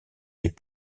les